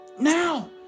now